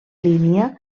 línia